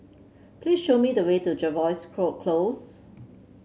please show me the way to Jervois Close